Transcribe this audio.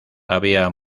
había